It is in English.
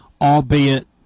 albeit